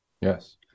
yes